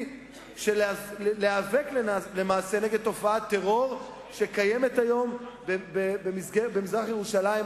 למאבק בתופעת טרור שקיימת היום במזרח-ירושלים,